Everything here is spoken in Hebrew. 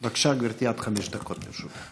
גברתי, עד חמש דקות לרשותך.